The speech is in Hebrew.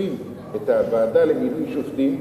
עוקפים את הוועדה למינוי שופטים,